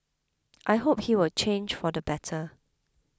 I hope he will change for the better